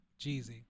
Jeezy